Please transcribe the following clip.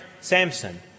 Samson